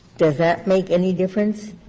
does that make any difference?